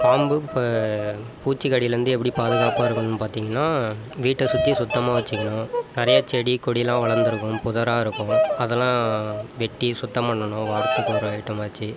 பாம்பு இப்போ பூச்சி கடியில் இருந்து எப்படி பாதுகாப்பாக இருக்கணும்னு பார்த்தீங்கன்னா வீட்டை சுற்றி சுத்தமாக வச்சுக்கணும் நிறைய செடி கொடி எல்லாம் வளர்ந்துருக்கும் புதராக இருக்கும் அதெல்லாம் வெட்டி சுத்தம் பண்ணணும் வாரத்துக்கு ஒரு ஐட்டமாச்சு